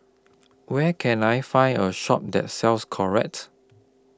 Where Can I Find A Shop that sells Caltrate